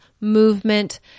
movement